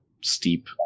steep